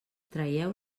traieu